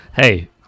hey